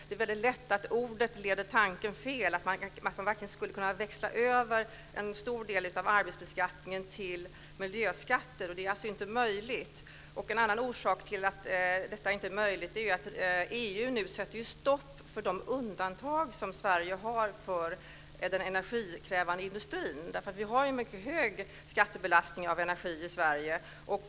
Det är väldigt lätt att ordet leder tanken fel, dvs att man skulle kunna växla över en stor del av arbetsbeskattningen till miljöskatter. Det är inte möjligt. En annan orsak till att detta inte är möjligt är att EU nu sätter stopp för de undantag som Sverige har för den energikrävande industrin. Vi har mycket hög skattebelastning på energi i Sverige.